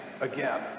again